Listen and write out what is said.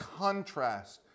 contrast